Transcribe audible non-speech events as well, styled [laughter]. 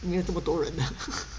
没有这么多人的 [laughs]